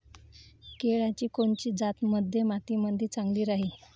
केळाची कोनची जात मध्यम मातीमंदी चांगली राहिन?